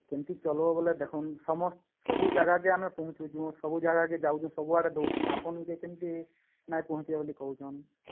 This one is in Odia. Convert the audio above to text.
କେମତି ଚଲ୍ବ ବୋଲେ ଦେଖନ୍ ସମ ସବୁ ଜାଗାକେ ଆମେ ପହଞ୍ଚୁଛୁ ସବୁ ଜାଗାକେ ଯାଉଛୁ ସବୁ ଆଡ଼େ ଦଉଛୁ ଆପଣ କେ କେମତି ନାଇଁ ପହଞ୍ଚିବ ବୋଲି କହୁଛନ୍